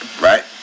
right